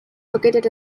located